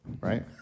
right